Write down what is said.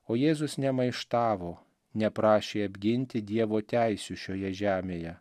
o jėzus nemaištavo neprašė apginti dievo teisių šioje žemėje